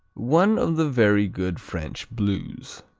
one of the very good french blues.